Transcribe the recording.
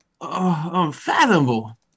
unfathomable